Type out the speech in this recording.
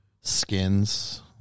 skins